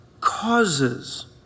causes